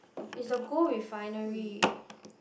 is the gold refinery